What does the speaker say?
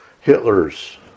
Hitler's